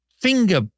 finger